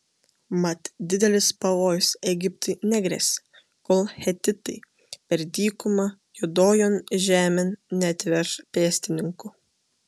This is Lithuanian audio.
mat didelis pavojus egiptui negresia kol hetitai per dykumą juodojon žemėn neatveš pėstininkų